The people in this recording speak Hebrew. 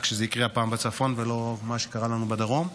רק שזה יקרה הפעם בצפון, ולא מה שקרה לנו בדרום.